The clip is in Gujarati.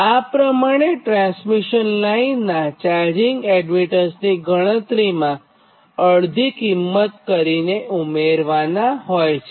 આ પ્રમાણે ટ્રાન્સમિશન લાઇનનાં ચાર્જિંગ એડમીટન્સ ગણતરીમાં અડધી કિંમત કરીને ઉમેરવાનાં હોય છે